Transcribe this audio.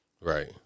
right